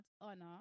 honor